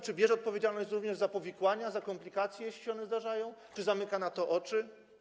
Czy bierze odpowiedzialność również za powikłania, za komplikacje, jeśli one się zdarzają, czy zamyka na to oczy?